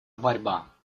борьба